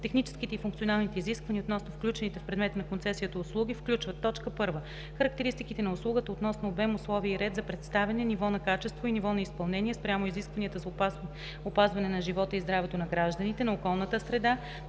Техническите и функционалните изисквания относно включените в предмета на концесията услуги включват: 1. характеристиките на услугата относно обем, условия и ред за предоставяне, ниво на качество и ниво на изпълнение спрямо изискванията за опазване на живота и здравето на гражданите, на околната среда,